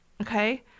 okay